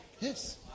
Yes